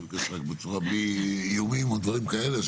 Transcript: רק בצורה בלי איומים או דברים כאלה,